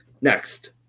Next